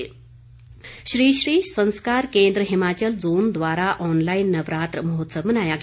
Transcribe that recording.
नवरात्र महोत्सव श्री श्री संस्कार केन्द्र हिमाचल जोन द्वारा ऑनलाईन नवरात्र महोत्सव मनाया गया